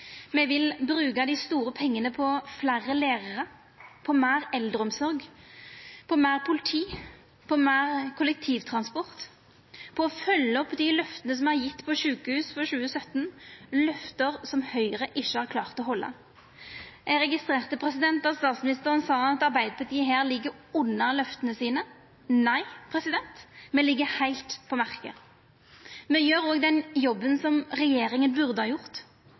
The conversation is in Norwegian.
me vil bruka dei store pengane på fleire lærarar, på meir eldreomsorg, på meir politi, på meir kollektivtransport, på å følgja opp dei løfta som me har gjeve på sjukehus for 2017, løfte som Høgre ikkje har klart å halda. Eg registrerte at statsministeren sa at Arbeidarpartiet her ligg under løfta sine. Nei, me ligg heilt på merket. Me gjer òg den jobben som regjeringa burde ha gjort,